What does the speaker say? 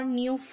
new